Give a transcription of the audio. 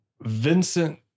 Vincent